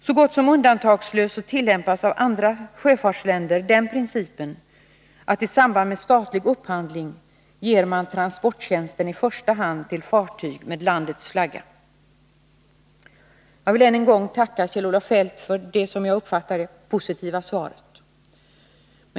Så gott som undantagslöst tillämpar andra sjöfartsländer principen att i samband med statlig upphandling se till att transporttjänsten i första hand ombesörjs av fartyg som för det egna landets flagg. Jag vill än en gång tacka Kjell-Olof Feldt för det enligt min uppfattning positiva svaret.